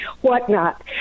whatnot